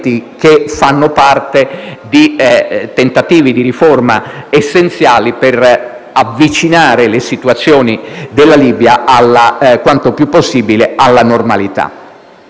che fanno parte di tentativi di riforma essenziali per avvicinare le situazioni della Libia, quanto più possibile, alla normalità.